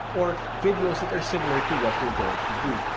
or videos that are similar to what you're going to do.